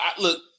Look